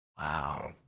Wow